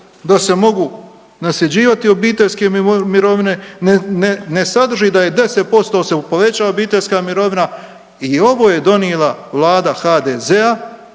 da se mogu nasljeđivati obiteljske mirovine, ne, ne ne sadrži da je 10% se povećava obiteljska mirovina i ovo je donila Vlada HDZ-a